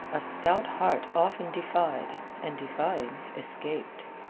a stout heart often defied, and defying, escaped.